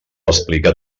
explica